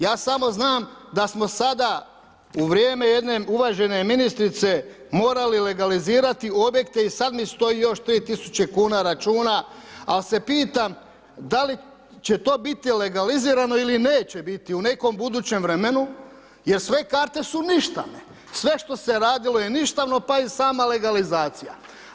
Ja samo znam da smo sada u vrijeme jedne uvažene ministrice morali legalizirati objekte i sad mi stoji još 3 tisuće kuna računa ali se pitam da li će to biti legalizirano ili neće biti u nekom budućem vremenu jer sve karte su ništane, sve što se radilo je ništano pa i sama legalizacija.